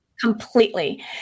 Completely